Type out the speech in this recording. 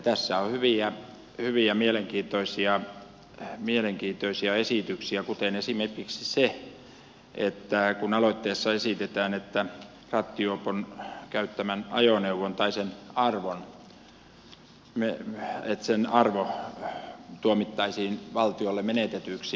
tässä on hyviä mielenkiintoisia esityksiä kuten esimerkiksi se että aloitteessa esitetään että rattijuopon käyttämän ajoneuvon arvo tuomittaisiin valtiolle menetetyksi